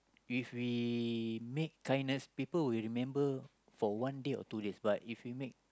if we make tenuous people will remember for one day or two days but if we make